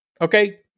Okay